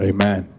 Amen